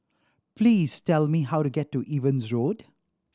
please tell me how to get to Evans Road